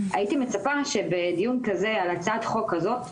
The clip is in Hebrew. הייתי מצפה שבדיון כזה על הצעת חוק כזאת,